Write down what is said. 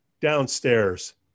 downstairs